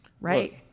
Right